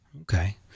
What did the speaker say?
Okay